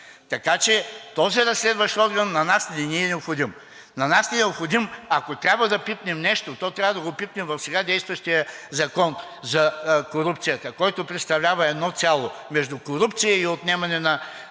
Така че този разследващ орган на нас не ние необходим. На нас ни е необходим… Ако трябва да пипнем нещо, то трябва да го пипнем в сега действащия закон за корупцията, който представлява едно цяло между корупция и отнемане на това,